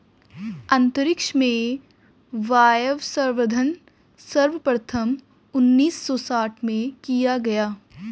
अंतरिक्ष में वायवसंवर्धन सर्वप्रथम उन्नीस सौ साठ में किया गया